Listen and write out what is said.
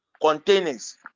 containers